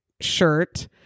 shirt